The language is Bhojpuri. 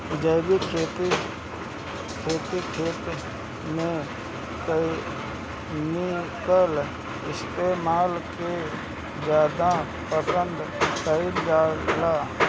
जैविक खेती खेत में केमिकल इस्तेमाल से ज्यादा पसंद कईल जाला